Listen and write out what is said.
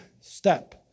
step